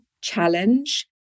challenge